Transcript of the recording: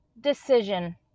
decision